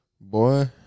Boy